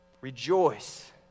rejoice